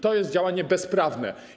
To jest działanie bezprawne.